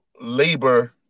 labor